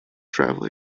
travel